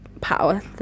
power